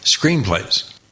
screenplays